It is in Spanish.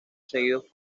seguidos